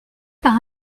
par